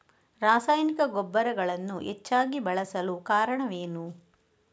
ರಾಸಾಯನಿಕ ಗೊಬ್ಬರಗಳನ್ನು ಹೆಚ್ಚಾಗಿ ಬಳಸಲು ಕಾರಣವೇನು?